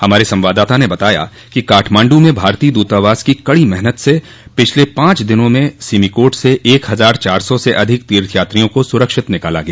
हमारे संवाददाता ने बताया है कि काठमाण्ड् में भारतीय द्रतावास की कड़ी मेहनत से पिछले पांच दिन में सिमिकोट से एक हजार चार सौ से अधिक तीर्थयात्रियों को सुरक्षित निकाला गया